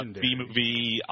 B-movie